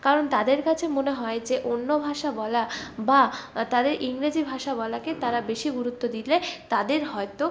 কারণ তাদের কাছে মনে হয় যে অন্য ভাষা বলা বা তাদের ইংরেজি ভাষা বলাকে তারা বেশি গুরুত্ব দিলে তাদের হয়তো